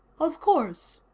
of course,